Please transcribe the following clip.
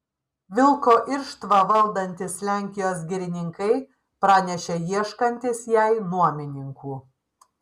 vilko irštvą valdantys lenkijos girininkai pranešė ieškantys jai nuomininkų